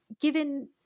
given